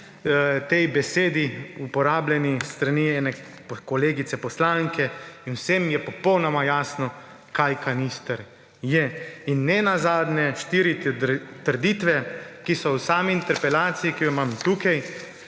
tej besedi, uporabljeni s strani ene kolegice poslanke, in vsem je popolnoma jasno, kaj kanister je. In nenazadnje štiri trditve, ki so v sami interpelaciji, ki jo imam tukaj,